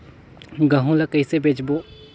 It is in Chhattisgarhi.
गहूं ला कइसे बेचबो?